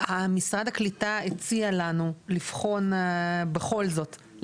משרד הקליטה הציע לנו לבחון בכל זאת,